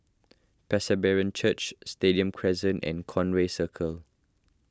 Church Stadium Crescent and Conway Circle